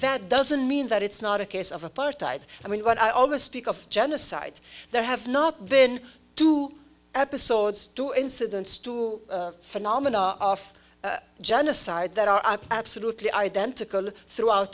that doesn't mean that it's not a case of apartheid i mean when i always speak of genocide there have not been two episodes two incidents two phenomena of genocide that are absolutely identical throughout